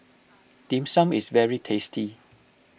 Dim Sum is very tasty